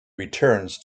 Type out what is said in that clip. returns